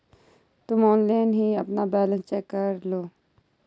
तुम ऑनलाइन ही अपना बैलन्स चेक करलो